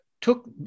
took